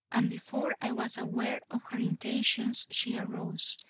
and before i was aware of her intentions she arose,